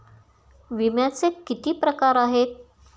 विम्याचे किती प्रकार आहेत?